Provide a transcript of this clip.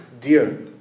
dear